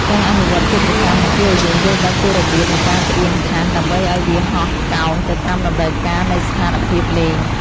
ការអនុវត្តជាប្រចាំនឹងជួយឱ្យយើងយល់ដឹងពីរបៀបនៃការផ្អៀងថាសដើម្បីឱ្យវាហោះកោងទៅតាមតម្រូវការនៃស្ថានភាពលេង។